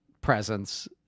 presence